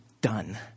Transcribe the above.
done